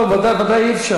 הוא חבר ממשלה.